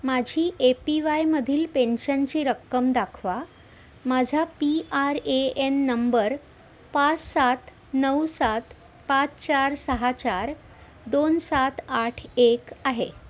माझी A P वायमधील पेन्शनची रक्कम दाखवा माझा P R A N number पाच सात नऊ सात पाच चार सहा चार दोन सात आठ एक आहे